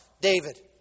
David